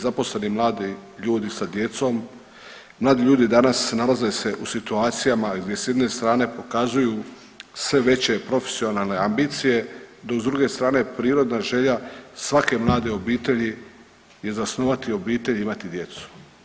Zaposleni mladi ljudi sa djecom, mladi ljudi danas nalaze se u situacijama gdje s jedne strane pokazuju sve veće profesionalne ambicije, dok s druge strane prirodna želja svake mlade obitelji je zasnovati obitelj i imati djecu.